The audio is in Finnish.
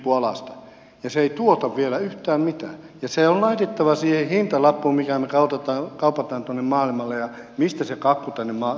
se ei tuota vielä yhtään mitään ja se on laitettava siihen hintalappuun minkä me kauppaamme tuonne maailmalle ja mistä se kakku tähän maahan tehdään